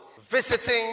visiting